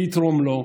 מי יתרום לו,